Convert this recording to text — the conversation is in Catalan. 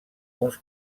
uns